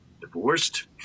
divorced